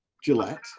Gillette